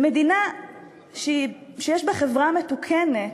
במדינה שיש בה חברה מתוקנת,